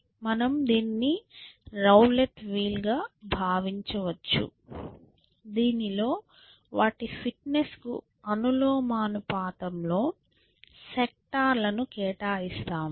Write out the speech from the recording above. మనము దీనిని roulette wheel గా భావించవచ్చు దీనిలో వాటి ఫిట్నెస్కు అనులోమానుపాతంలో సెక్టార్ లను కేటాయిస్తాము